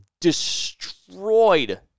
destroyed